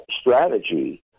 strategy